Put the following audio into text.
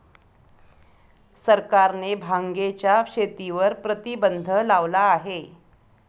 सरकारने भांगेच्या शेतीवर प्रतिबंध लावला आहे